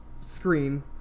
screen